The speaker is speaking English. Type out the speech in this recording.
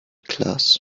class